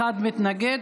אחד מתנגד.